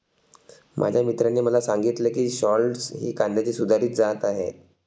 माझ्या मित्राने मला सांगितले की शालॉट्स ही कांद्याची सुधारित जात आहे